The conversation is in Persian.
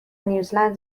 نیوزلند